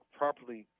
properly